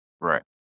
Right